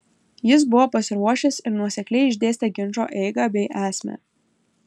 jis buvo pasiruošęs ir nuosekliai išdėstė ginčo eigą bei esmę